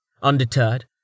Undeterred